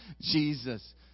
Jesus